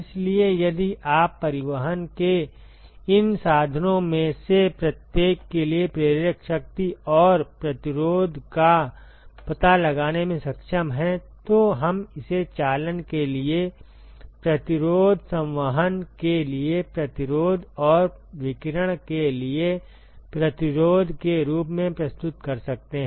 इसलिए यदि आप परिवहन के इन साधनों में से प्रत्येक के लिए प्रेरक शक्ति और प्रतिरोध का पता लगाने में सक्षम हैं तो हम इसे चालन के लिए प्रतिरोध संवहन के लिए प्रतिरोध और विकिरण के लिए प्रतिरोध के रूप में प्रस्तुत कर सकते हैं